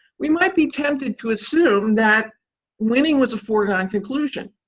we might be tempted to assume that winning was a foregone conclusion.